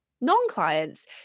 non-clients